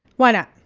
why not?